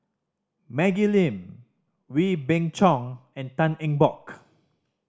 Maggie Lim Wee Beng Chong and Tan Eng Bock